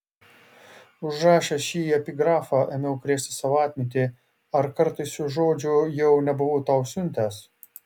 užrašęs šį epigrafą ėmiau krėsti savo atmintį ar kartais šių žodžių jau nebuvau tau siuntęs